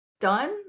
done